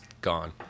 gone